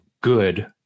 good